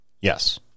Yes